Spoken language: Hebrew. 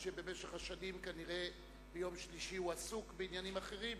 ואף-על-פי שבמשך השנים כנראה ביום שלישי הוא עסוק בעניינים אחרים,